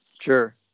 sure